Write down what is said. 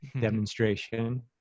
demonstration